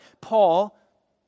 Paul